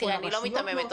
אני לא מיתממת,